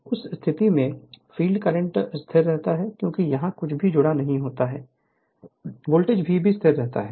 उस स्थिति में फ़ील्ड करंट स्थिर रहता है क्योंकि यहाँ कुछ भी जुड़ा नहीं है यह वोल्टेज V स्थिर रहता है